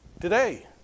Today